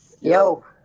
Yo